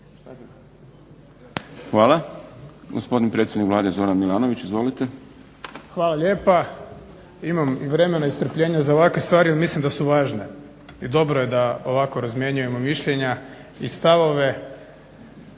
Hvala. Gospodin predsjednik Vlade Zoran Milanović. Izvolite. **Milanović, Zoran (SDP)** Hvala lijepa. Imam i vremena i strpljenja za ovakve stvari jer mislim da su važne i dobro je da ovako razmjenjujemo mišljenja i stavove.